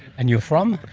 and you're from?